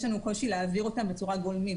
יש לנו קושי להעביר אותם בצורה גולמית.